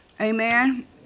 Amen